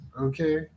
okay